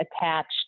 attached